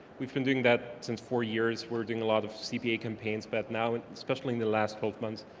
we've been doing that since four years. we're doing a lot of cpa campaigns but now, especially in the last twelve months,